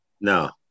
no